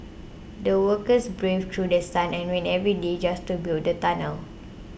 the workers braved through sun and rain every day just to build the tunnel